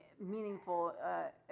meaningful